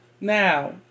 now